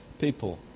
people